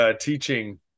teaching